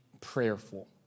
prayerful